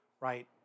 right